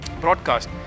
broadcast